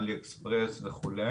עליאקספרס וכו'.